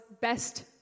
best